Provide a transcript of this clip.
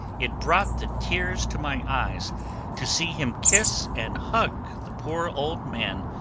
it brought the tears to my eyes to see him kiss and hug the poor old man,